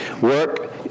work